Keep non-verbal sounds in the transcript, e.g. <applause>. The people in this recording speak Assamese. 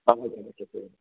<unintelligible>